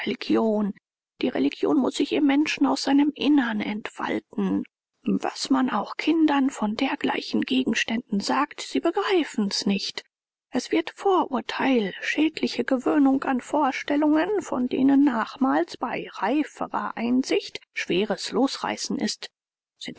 religion die religion muß sich im menschen aus seinem innern entfalten was man auch kindern von dergleichen gegenständen sagt sie begreifen's nicht es wird vorurteil schädliche gewöhnung an vorstellungen von denen nachmals bei reiferer einsicht schweres losreißen ist